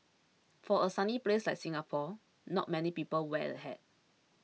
for a sunny place like Singapore not many people wear a hat